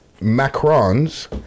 Macron's